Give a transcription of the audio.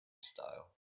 style